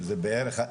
שזה בערך,